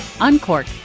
uncork